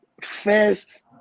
first